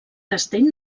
castell